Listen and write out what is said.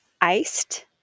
iced